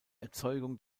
erzeugung